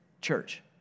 church